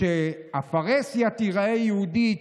שהפרהסיה תיראה יהודית,